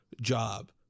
job